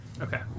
Okay